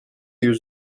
yüz